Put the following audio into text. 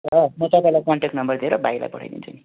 ल म तपाईँलाई कन्टेक्ट नम्बर दिएर भाइलाई पठाइदिन्छु नि